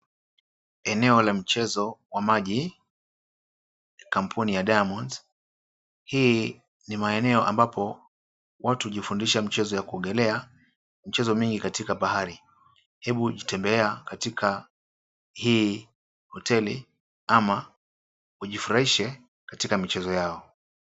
Eneo la mchezo wa maji ya kampuni ya Diamond. Haya ni maeneo ambapo watu hujifunza mchezo wa kuogelea na michezo mingi katika bahari. Hebu tembea katika hoteli hii ama ujifurahishe katika michezo yao.